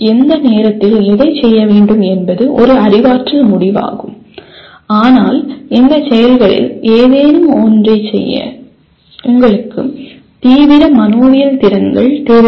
எந்த நேரத்தில் எதை செய்ய வேண்டும் என்பது ஒரு அறிவாற்றல் முடிவாகும் ஆனால் இந்த செயல்களில் ஏதேனும் ஒன்றைச் செய்ய உங்களுக்கு தீவிர மனோவியல் திறன்கள் தேவைப்படும்